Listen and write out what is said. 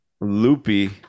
Loopy